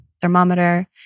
thermometer